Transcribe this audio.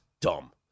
dumb